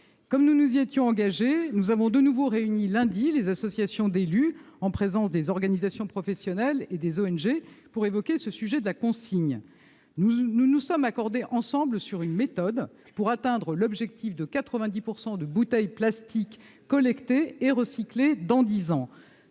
Comme nous nous y étions engagés, nous avons de nouveau réuni, lundi dernier, les associations d'élus, en présence des organisations professionnelles et des ONG, pour évoquer le sujet de la consigne : nous nous sommes accordés sur une méthode pour atteindre l'objectif de 90 % de bouteilles plastiques collectées et recyclées dans dix ans.